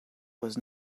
was